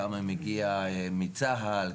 כמה מגיע מצה"ל,